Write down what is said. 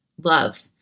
love